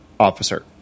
officer